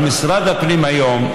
אבל משרד הפנים היום,